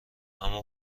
اما